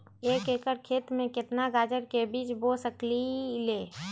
एक एकर खेत में केतना गाजर के बीज बो सकीं ले?